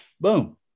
boom